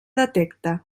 detecte